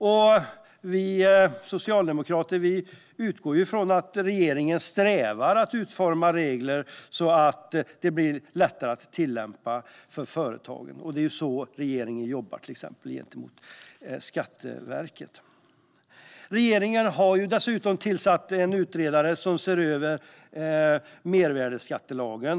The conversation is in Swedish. Vi socialdemokrater utgår från att regeringen strävar efter att utforma regler som är lättare att tillämpa för företagen, och regeringen jobbar för detta gentemot Skatteverket. Regeringen har tillsatt en utredare som ska se över mervärdesskattelagen.